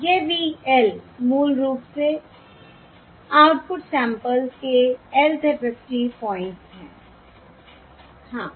यह Y l मूल रूप से आउटपुट सैंपल्स के lth FFT पॉइंट्स हैं हाँ